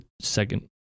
second